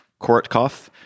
Korotkov